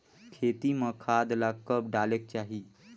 खेती म खाद ला कब डालेक चाही?